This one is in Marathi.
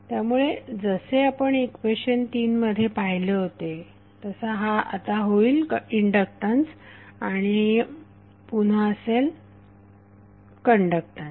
त्यामुळे जसे आपण इक्वेशन 3 मध्ये पाहिले होते आता हा होईल इंडक्टन्स आणि पुन्हा असेल कण्डक्टन्स